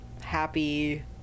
happy